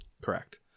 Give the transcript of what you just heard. Correct